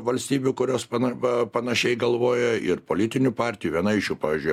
valstybių kurios pana pa panašiai galvoja ir politinių partijų viena iš jų pavyzdžiui